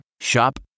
Shop